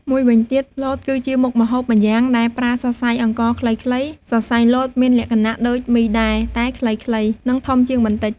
មួយវិញទៀត លត គឺជាមុខម្ហូបម្យ៉ាងដែលប្រើសរសៃអង្ករខ្លីៗ សរសៃលតមានលក្ខណៈដូច មីដែរ តែខ្លីៗ និងធំជាងបន្តិច។